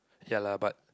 ya lah but